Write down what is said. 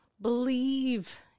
Believe